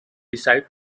decided